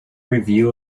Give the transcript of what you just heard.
review